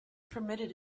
permitted